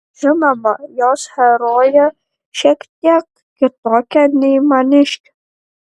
žinoma jos herojė šiek tiek kitokia nei maniškė